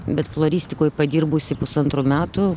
bet floristikoj padirbusi pusantrų metų